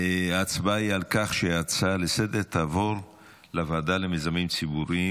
ההצבעה היא על כך שההצעה לסדר-היום תעבור לוועדה למיזמים ציבוריים.